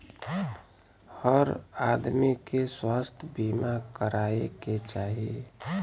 हर आदमी के स्वास्थ्य बीमा कराये के चाही